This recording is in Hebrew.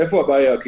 איפה הבעיה?